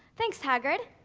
thanks hagrid.